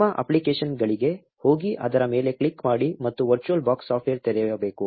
ನಿಮ್ಮ ಅಪ್ಲಿಕೇಶನ್ಗಳಿಗೆ ಹೋಗಿ ಅದರ ಮೇಲೆ ಕ್ಲಿಕ್ ಮಾಡಿ ಮತ್ತು ವರ್ಚುವಲ್ ಬಾಕ್ಸ್ ಸಾಫ್ಟ್ವೇರ್ ತೆರೆಯಬೇಕು